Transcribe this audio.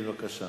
בבקשה.